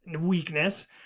weakness